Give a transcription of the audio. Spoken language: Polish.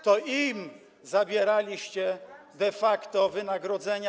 To im zabieraliście de facto wynagrodzenia.